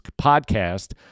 Podcast